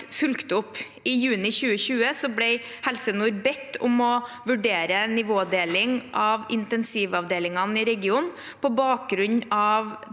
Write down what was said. fulgt opp. I juni 2020 ble Helse Nord bedt om å vurdere nivådeling av intensivavdelingene i regionen på bakgrunn av